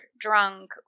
drunk